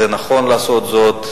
זה נכון לעשות זאת.